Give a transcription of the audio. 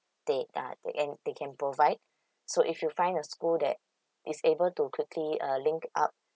take that uh and they can provide so if you find a school that is able to quickly uh link up